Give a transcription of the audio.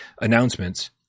announcements